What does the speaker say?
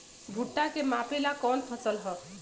भूट्टा के मापे ला कवन फसल ह?